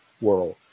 world